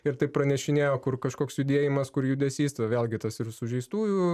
ir taip pranešinėjo kur kažkoks judėjimas kur judesys vėlgi tas ir sužeistųjų